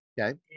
okay